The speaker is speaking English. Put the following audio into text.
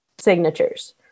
signatures